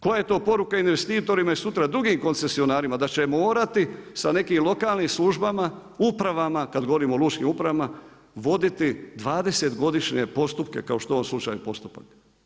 Koja je to poruka investitorima i sutra drugim koncesionarima, da će morati sa nekim lokalnim službama, upravama, kada govorimo o lučkim upravama voditi 20 godišnje postupke kao što je u ovom slučaju postupka.